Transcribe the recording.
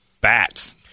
bats